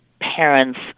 parents